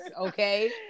Okay